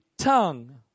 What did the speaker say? tongue